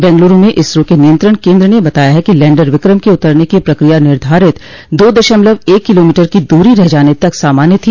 बेगलूरू में इसरो के नियंत्रण केन्द्र ने बताया है कि लैंडर विक्रम के उतरने की प्रक्रिया निर्धारित दो दशमलव एक किलोमीटर की दूरो रह जाने तक सामान्य थी